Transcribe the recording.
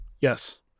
Yes